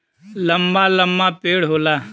लंबा लंबा पेड़ होला